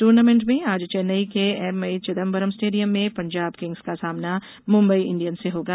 tournament में आज चेन्नैई के एमए चिदबंरम स्टेडियम में पंजाब किंग्स का सामना मुंबई इंडियंस से होगा